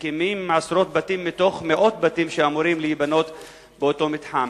מקימים עשרות בתים מתוך מאות בתים שאמורים להיבנות באותו מתחם.